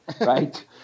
right